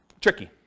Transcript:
tricky